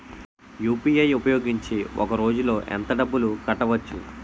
UPI ఉపయోగించి ఒక రోజులో ఎంత డబ్బులు కట్టవచ్చు?